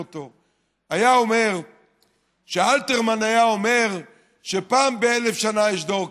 היה אומר שאלתרמן היה אומר שפעם באלף שנה יש דור כזה,